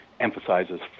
emphasizes